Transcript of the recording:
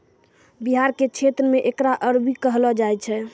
बिहार के क्षेत्र मे एकरा अरबी कहलो जाय छै